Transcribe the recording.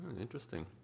Interesting